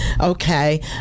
Okay